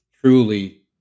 truly